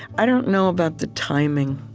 i don't know about the timing,